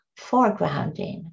foregrounding